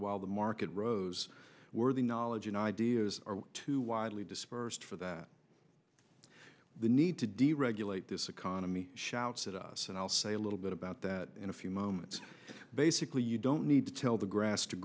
while the market rose were the knowledge and ideas are too widely dispersed for that the need to deregulate this economy shouts at us and i'll say a little bit about that in a few moments basically you don't need to tell the grass to